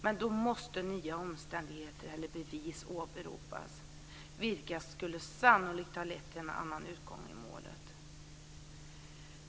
Men då måste nya omständigheter eller bevis åberopas vilka sannolikt skulle ha lett till en annan utgång i målet.